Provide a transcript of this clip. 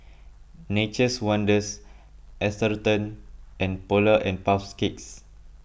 Nature's Wonders Atherton and Polar and Puff Cakes